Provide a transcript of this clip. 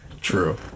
True